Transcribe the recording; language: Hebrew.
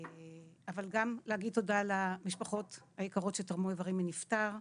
אבל גם להגיד תודה למשפחות היקרות שתרמו איברים מנפטר.